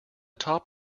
top